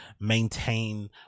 maintain